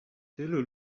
tylu